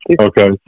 Okay